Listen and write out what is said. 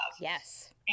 Yes